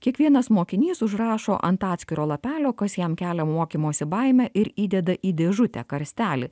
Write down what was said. kiekvienas mokinys užrašo ant atskiro lapelio kas jam kelia mokymosi baimę ir įdeda į dėžutę karstelį